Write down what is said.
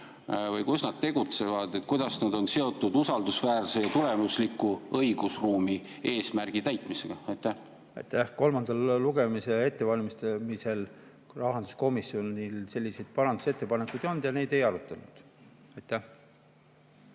või kus nad tegutsevad – on seotud usaldusväärse ja tulemusliku õigusruumi eesmärgi täitmisega? Aitäh! Kolmanda lugemise ettevalmistamisel rahanduskomisjonil selliseid parandusettepanekuid ei olnud ja neid ei arutatud. Aitäh!